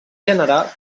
gènere